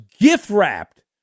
gift-wrapped